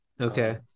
Okay